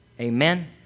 Amen